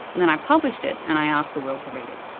then i published it, and i asked the world to read it.